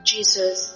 Jesus